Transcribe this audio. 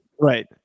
Right